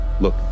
look